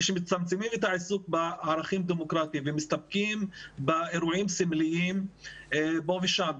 כשמצמצמים את העיסוק בערכים דמוקרטים ומסתפקים באירועים סמליים פה ושם,